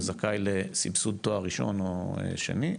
שזכאי לסבסוד תואר ראשון או שני,